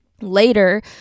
later